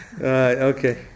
Okay